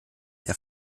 der